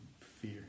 fear